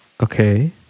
Okay